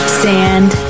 sand